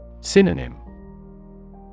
Synonym